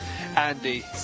Andy